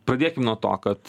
pradėkim nuo to kad